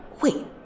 Wait